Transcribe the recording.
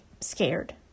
scared